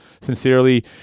Sincerely